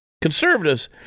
conservatives